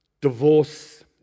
Divorce